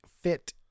fit